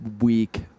week